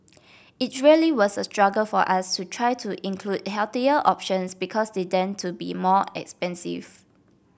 it really was a struggle for us to try to include healthier options because they tend to be more expensive